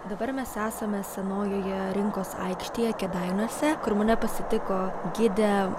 dabar mes esame senojoje rinkos aikštėje kėdainiuose kur mane pasitiko gidė